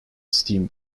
steam